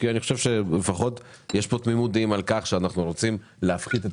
אני חושב שלפחות יש כאן תמימות דעים על כך שאנחנו רוצים להפחית את